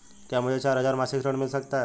क्या मुझे चार हजार मासिक ऋण मिल सकता है?